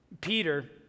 Peter